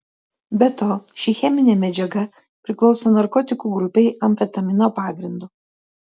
be to ši cheminė medžiaga priklauso narkotikų grupei amfetamino pagrindu